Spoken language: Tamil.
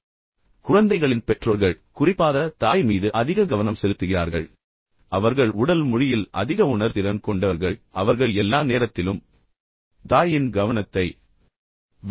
எனவே நீங்கள் குழந்தைகளைப் பார்த்தால் அவர்கள் பெற்றோர்கள் குறிப்பாக தாய் மீது அதிக கவனம் செலுத்துகிறார்கள் மேலும் அவர்கள் உடல் மொழியில் அதிக உணர்திறன் கொண்டவர்கள் அவர்கள் எல்லா நேரத்திலும் தாயின் கவனத்தை விரும்புகிறார்கள்